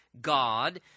God